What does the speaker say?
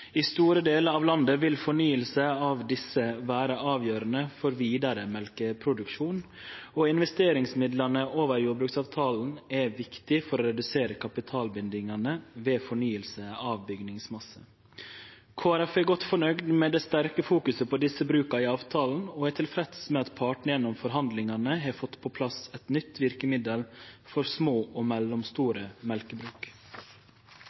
I store delar av landet vil fornying av desse vere avgjerande for vidare mjølkeproduksjon, og investeringsmidlane over jordbruksavtalen er viktige for å redusere kapitalbindingane ved fornying av bygningsmasse. Kristeleg Folkeparti er godt fornøgd med det sterke fokuset på desse bruka i avtalen og er tilfreds med at partane gjennom forhandlingane har fått på plass eit nytt verkemiddel for små og